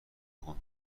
بخون